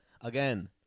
again